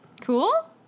Cool